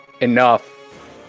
enough